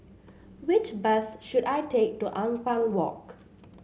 which bus should I take to Ampang Walk